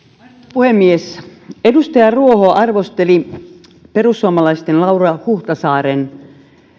puhemies edustaja ruoho arvosteli perussuomalaisten laura huhtasaaren